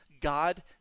God